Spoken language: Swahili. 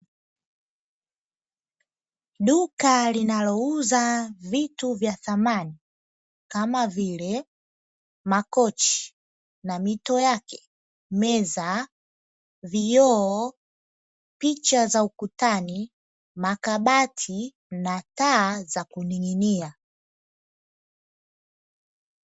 Duka linalouza vitu vya samani kama vile makochi na mito yake, meza, vioo, picha za ukutani, makabati na taa za kuning’inia.